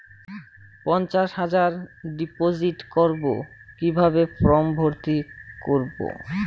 পঞ্চাশ হাজার ডিপোজিট করবো কিভাবে ফর্ম ভর্তি করবো?